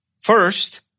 First